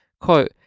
Quote